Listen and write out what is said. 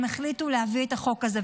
ולכן הם החליטו להביא את החוק הזה.